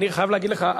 אני חייב להגיד לך,